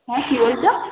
হ্যাঁ কী বলছো